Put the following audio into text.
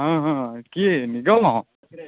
ହଁ ହଁ କିଏ ନିଗମ